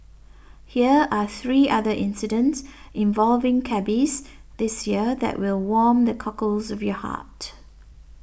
hear are three other incidents involving cabbies this year that will warm the cockles of your heart